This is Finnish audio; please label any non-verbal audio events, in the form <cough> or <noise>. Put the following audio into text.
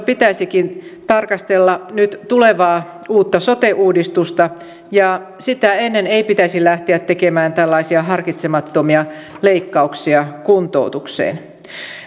<unintelligible> pitäisikin tarkastella nyt tulevaa uutta sote uudistusta ja sitä ennen ei pitäisi lähteä tekemään tällaisia harkitsemattomia leikkauksia kuntoutukseen